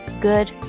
good